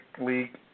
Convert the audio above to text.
League